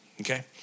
Okay